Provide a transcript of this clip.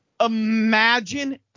Imagine